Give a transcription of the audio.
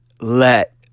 let